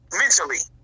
mentally